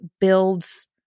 builds